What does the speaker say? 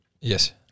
Yes